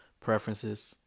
preferences